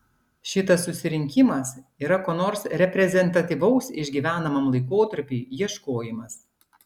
šitas susirinkimas yra ko nors reprezentatyvaus išgyvenamam laikotarpiui ieškojimas